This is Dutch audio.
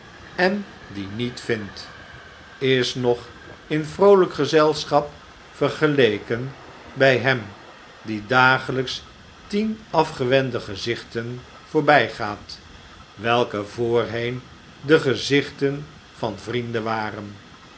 en dien niet vindt is nog in vroolijk gezelschap vergeleken bij hem die dagelijks tien afgewende gezichten voorbijgaat welke voorheen de gezichten van vrienden waren